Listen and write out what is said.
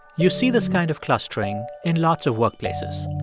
you see this kind of clustering in lots of workplaces.